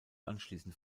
anschließend